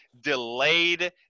delayed